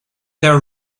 there